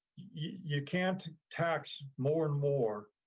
you can't tax more and more,